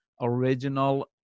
original